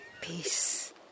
peace